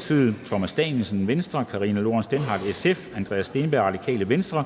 (S), Thomas Danielsen (V), Karina Lorentzen Dehnhardt (SF), Andreas Steenberg (RV), Peder